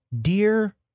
Dear